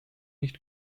nicht